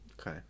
Okay